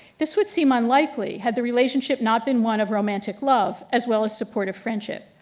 this would seem unlikely had the relationship not been one of romantic love as well as support of friendship.